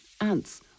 Ants